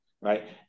right